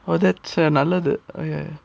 all that நல்லது:nallathu okay